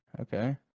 okay